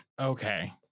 Okay